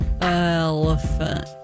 elephant